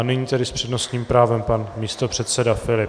Nyní tedy s přednostním právem pan místopředseda Filip.